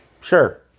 Sure